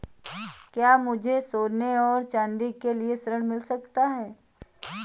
क्या मुझे सोने और चाँदी के लिए ऋण मिल सकता है?